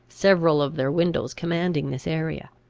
several of their windows commanding this area.